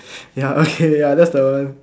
ya okay ya that's a